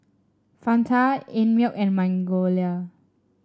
Fanta Einmilk and Magnolia